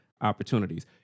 opportunities